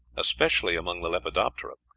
especially among the lepidoptera,